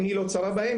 עיני לא צרה בהם,